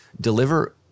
deliver